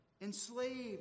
enslaved